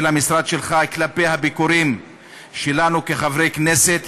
המשרד שלך כלפי הביקורים שלנו כחברי כנסת.